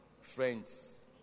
friends